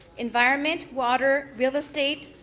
environment. water. real estate.